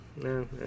no